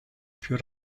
più